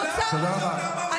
אני